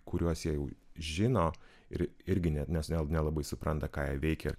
kuriuos jie jau žino ir irgi ne nes ne nelabai supranta ką jie veikė